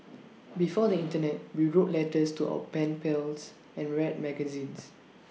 before the Internet we wrote letters to our pen pals and read magazines